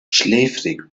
schläfrig